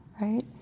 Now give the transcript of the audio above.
right